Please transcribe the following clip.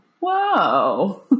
Wow